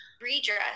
Redress